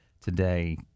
today